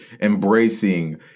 embracing